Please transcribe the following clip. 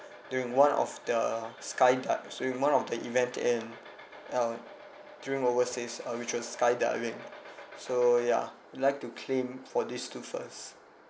during one of the skydi~ sorry one of the event in uh during overseas uh which was skydiving so yeah I'd like to claim for these two first